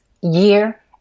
year